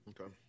Okay